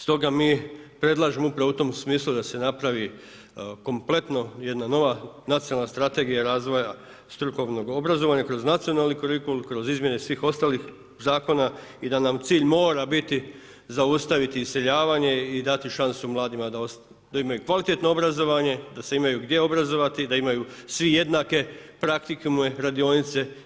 Stoga mi predlažemo upravo u tom smislu da se napravi kompletno jedna nova nacionalna strategija razvoja strukovnog obrazovanja kroz nacionalni kurikulum, kroz izmjene svih ostalih zakona i da nam cilj mora biti zaustaviti iseljavanje i dati šansu mladima da imaju kvalitetno obrazovanje, da se imaju gdje obrazovati, da imaju svi jednake praktikume, radionice.